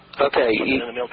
Okay